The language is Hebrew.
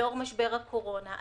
לאור משבר הקורונה,